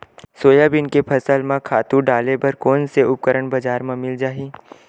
Soybean के फसल म खातु डाले बर कोन से उपकरण बजार म मिल जाहि?